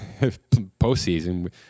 postseason